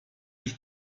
die